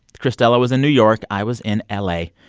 cristela was in new york. i was in ah la.